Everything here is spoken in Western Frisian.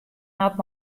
hat